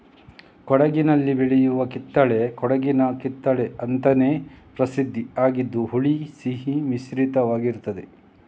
ಕೊಡಗಿನಲ್ಲಿ ಬೆಳೆಯುವ ಕಿತ್ತಳೆ ಕೊಡಗಿನ ಕಿತ್ತಳೆ ಅಂತಾನೇ ಪ್ರಸಿದ್ಧ ಆಗಿದ್ದು ಹುಳಿ ಸಿಹಿ ಮಿಶ್ರಿತವಾಗಿರ್ತದೆ